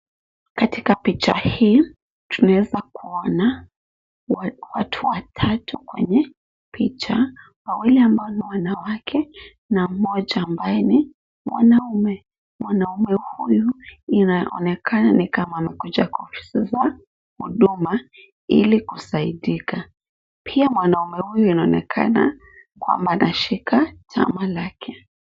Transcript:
Katika picha hii, tunaweza kuona watu watatu kwenye picha, wawili ambao ni wanawake na mmoja ambaye ni mwanamume. Mwanamume huyu inaonekana ni kama amekuja kwa ofisi za huduma, ili kusaidika. Pia, mwanamume huyu inaonekana kwamba anashika tama lake.